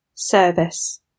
Service